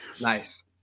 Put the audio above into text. Nice